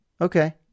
Okay